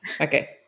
Okay